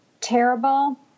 terrible